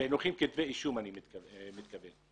בפיענוח אני מתכוון לכתבי אישום.